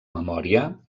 memòria